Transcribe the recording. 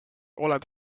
oled